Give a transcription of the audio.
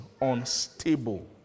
unstable